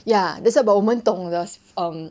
ya that's why but 我们懂了 um